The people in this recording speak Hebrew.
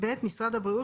(ב)משרד הבריאות,